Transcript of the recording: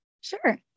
Sure